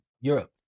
Europe